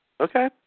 Okay